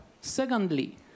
Secondly